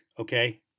Okay